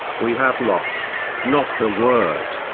we have lost, not the word,